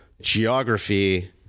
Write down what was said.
geography